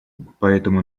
поэтому